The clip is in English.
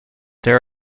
there